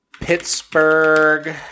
Pittsburgh